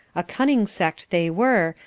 a cunning sect they were,